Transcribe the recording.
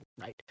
right